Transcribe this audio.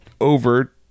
over